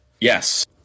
Yes